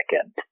second